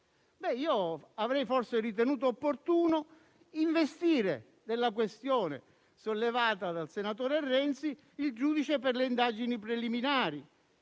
Io avrei forse ritenuto opportuno investire della questione sollevata dal senatore Renzi il giudice per le indagini preliminari,